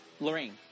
Lorraine